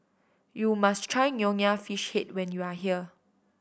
you must try Nonya Fish Head when you are here